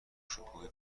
شکوه